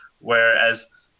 whereas